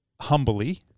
humbly